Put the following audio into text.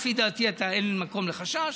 לפי דעתי אין מקום לחשש.